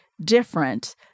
different